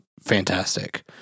fantastic